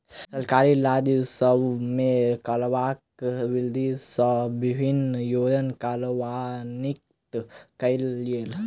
सरकारी राजस्व मे करक वृद्धि सँ विभिन्न योजना कार्यान्वित कयल गेल